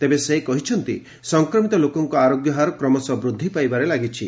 ତେବେ ସେ କହିଛନ୍ତି ସଂକ୍ରମିତ ଲୋକଙ୍କ ଆରୋଗ୍ୟ ହାର କ୍ରମଶଃ ବୃଦ୍ଧି ପାଇବାରେ ଲାଗିଛି